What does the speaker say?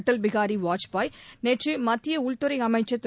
அடல் பிகாரிவாஜ்பாயைநேற்றுமத்தியஉள்துறைஅமைச்சர் திரு